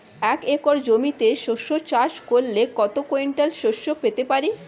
এক একর জমিতে সর্ষে চাষ করলে কত কুইন্টাল সরষে পেতে পারি?